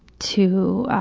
to,